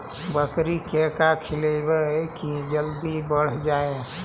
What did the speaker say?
बकरी के का खिलैबै कि जल्दी बढ़ जाए?